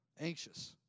Anxious